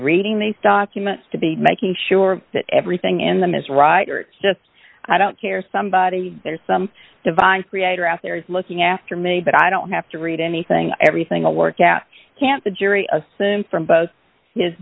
reading these documents to be making sure that everything in them is right or just i don't care somebody there's some divine creator out there is looking after me but i don't have to read anything everything will work out can't the jury assume from both his